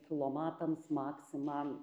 filomatams maksimą